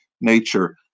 nature